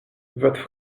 votre